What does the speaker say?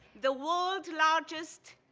the world's largest